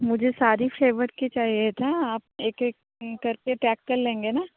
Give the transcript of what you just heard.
मुझे सारे फ्लेवर के चाहिए था आप एक एक कर के टैग कर लेंगे ना